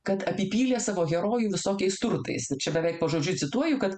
kad apipylė savo herojų visokiais turtais tai čia beveik pažodžiui cituoju kad